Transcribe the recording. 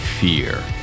fear